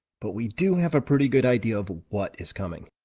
but we do have a pretty good idea of what is coming.